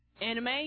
Anime